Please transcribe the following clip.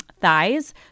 thighs